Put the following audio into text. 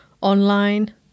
online